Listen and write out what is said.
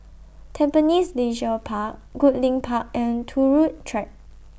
Tampines Leisure Park Goodlink Park and Turut Track